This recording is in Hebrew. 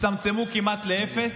הצטמצמו כמעט לאפס,